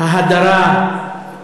ההדרה,